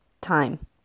time